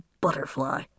butterfly